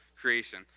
creation